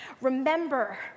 Remember